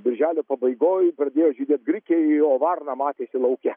birželio pabaigoj pradėjo žydėt grikiai o varna matėsi lauke